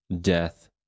death